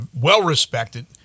well-respected